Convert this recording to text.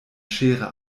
schere